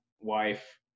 wife